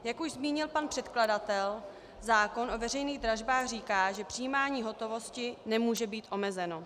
Jak už zmínil pan předkladatel, zákon o veřejných dražbách říká, že přijímání hotovosti nemůže být omezeno.